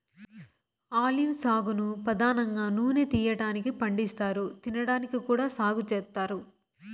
olive సాగును పధానంగా నూనె తీయటానికి పండిస్తారు, తినడానికి కూడా సాగు చేత్తారు